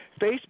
Facebook